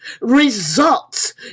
results